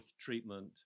treatment